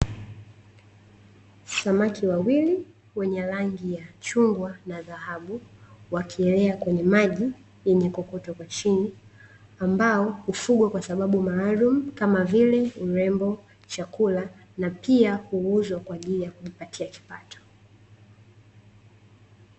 Samaki wawili wenye rangi ya chungwa na dhahabu, wakielea kwenye maji yenye kokoto kwa chini. Ambao hufugwa kwa sababu maalumu kama vile: urembo, chakula; na pia huuzwa kwa ajili ya kujipatia kipato.